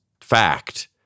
fact